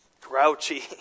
grouchy